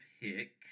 pick